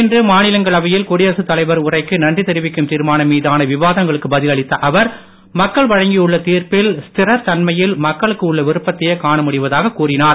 இன்று மாநிலங்களவையில் குடியரசுத் தலைவர் உரைக்கு நன்றி தெரிவிக்கும் தீர்மானம் மீதான விவாதங்களுக்கு பதில் அளித்த அவர் மக்கள் வழங்கியுள்ள தீர்ப்பில் ஸ்தர தன்மையில் மக்களுக்கு உள்ள விருப்பத்தையே காணமுடிவதாக கூறினார்